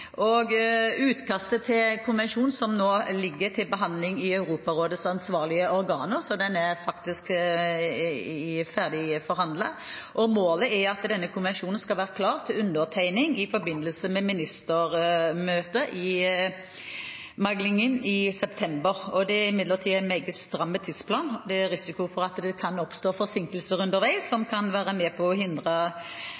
Utkastet til konvensjon ligger nå til behandling i Europarådets ansvarlige organer, så den er faktisk ferdig forhandlet, og målet er at denne konvensjonen skal være klar til å undertegnes i forbindelse med ministermøtemeglingen i september. Det er imidlertid en meget stram tidsplan. Det er risiko for at det kan oppstå forsinkelser underveis som